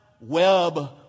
web